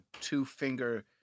two-finger